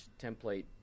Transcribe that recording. template